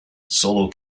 solo